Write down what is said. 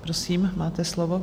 Prosím, máte slovo.